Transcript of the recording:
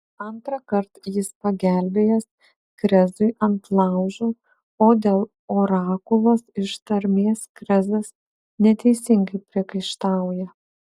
antrąkart jis pagelbėjęs krezui ant laužo o dėl orakulo ištarmės krezas neteisingai priekaištauja